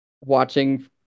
watching